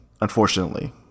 unfortunately